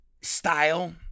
Style